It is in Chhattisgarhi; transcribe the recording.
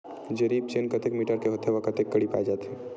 जरीब चेन कतेक मीटर के होथे व कतेक कडी पाए जाथे?